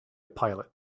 pilot